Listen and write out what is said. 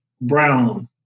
Brown